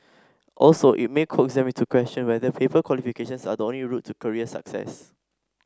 also it may coax them to question whether paper qualifications are the only route to career success